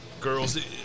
girls